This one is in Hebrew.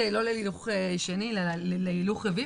- לא להילוך שני אלא להילוך רביעי,